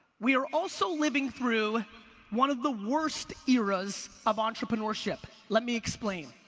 we're also living through one of the worst eras of entrepreneurship. let me explain.